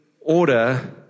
order